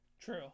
True